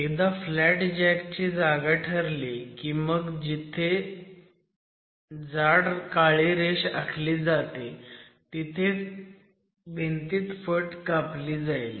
एकदा flat jack ची जागा ठरली की मग तिथे जाड काळी रेष आखली जाते जिथे भिंतीत फट कापली जाईल